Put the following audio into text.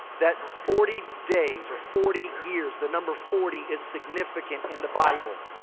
that forty days. or forty years. the number forty is significant in the bible.